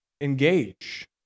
engage